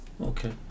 okay